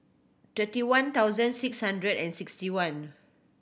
twenty one thousand six hundred and sixty one